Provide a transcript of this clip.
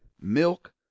milk